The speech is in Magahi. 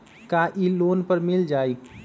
का इ लोन पर मिल जाइ?